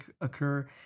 occur